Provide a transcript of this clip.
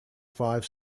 five